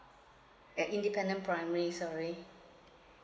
eh independent primary sorry